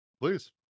Please